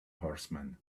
horsemen